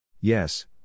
Yes